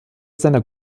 seiner